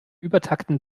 übertakten